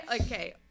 okay